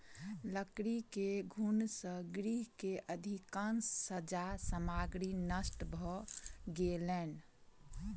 लकड़ी के घुन से गृह के अधिकाँश सज्जा सामग्री नष्ट भ गेलैन